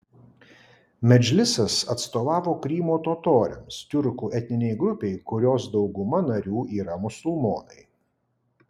medžlisas atstovavo krymo totoriams tiurkų etninei grupei kurios dauguma narių yra musulmonai